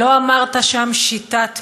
לא אמרת שם "שיטת ממשל",